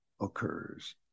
occurs